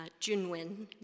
Junwen